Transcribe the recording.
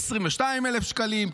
22,000 שקלים,